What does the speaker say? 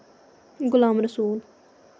Ghulam Rasool